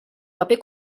paper